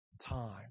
time